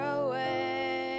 away